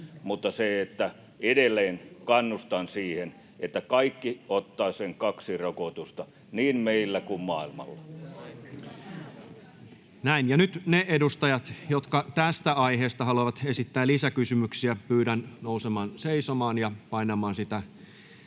ongelmallinen. Edelleen kannustan siihen, että kaikki ottavat sen kaksi rokotusta niin meillä kuin maailmalla. Näin. — Ja nyt niitä edustajia, jotka tästä aiheesta haluavat esittää lisäkysymyksiä, pyydän nousemaan seisomaan ja painamaan sitä